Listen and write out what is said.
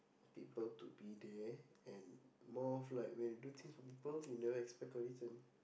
people to be there and more of like when you do things for peoples you never expect a reason